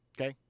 Okay